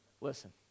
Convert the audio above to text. listen